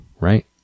Right